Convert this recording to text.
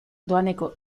doaneko